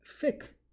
thick